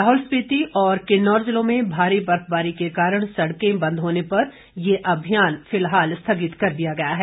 लाहौल स्पीति और किन्नौर जिलों में भारी बर्फबारी के कारण सड़कें बंद होने पर यह अभियान फिलहाल स्थगित कर दिया गया है